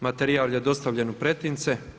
Materijal je dostavljen u pretince.